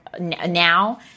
now